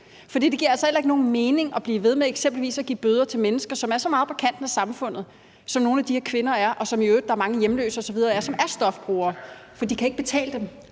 For det giver altså heller ikke nogen mening at blive ved med eksempelvis at give bøder til mennesker, som er så meget på kanten af samfundet, som nogle af de her kvinder er, og som i øvrigt mange hjemløse er, som er stofbrugere, for de kan ikke betale dem.